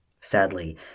Sadly